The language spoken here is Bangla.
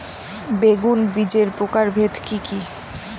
বেগুন বীজের প্রকারভেদ কি কী?